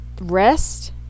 rest